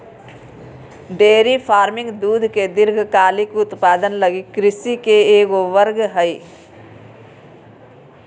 dairy farming दूध के दीर्घकालिक उत्पादन लगी कृषि के एगो वर्ग हइ